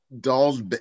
dolls